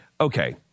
Okay